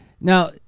Now